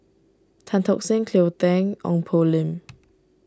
Tan Tock Seng Cleo Thang Ong Poh Lim